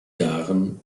jahren